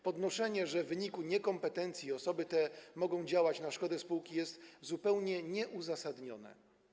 Podnoszenie, że w wyniku niekompetencji osoby te mogą działać na szkodę spółki, jest zupełnie nieuzasadnione.